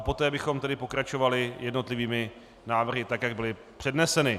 Poté bychom pokračovali jednotlivými návrhy, jak byly předneseny.